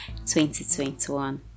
2021